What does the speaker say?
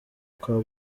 ukaba